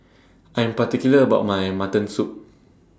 I Am particular about My Mutton Soup